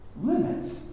Limits